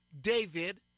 David